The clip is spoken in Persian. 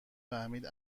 فهمید